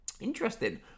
interesting